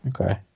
Okay